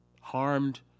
harmed